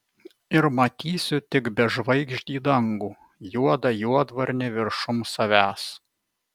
ir matysiu tik bežvaigždį dangų juodą juodvarnį viršum savęs